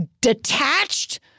detached